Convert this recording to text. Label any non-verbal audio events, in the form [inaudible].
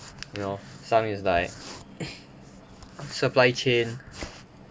you know some is like [coughs] supply chain